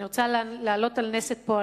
אני רוצה להעלות על נס את פועלם.